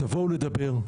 תבואו לדבר,